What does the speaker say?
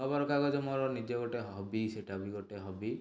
ଖବରକାଗଜ ମୋର ନିଜ ଗୋଟେ ହବି ସେଟା ବି ଗୋଟେ ହବି